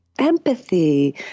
empathy